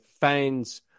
fans